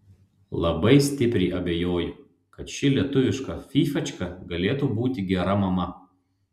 labai stipriai abejoju kad ši lietuviška fyfačka galėtų būti gera mama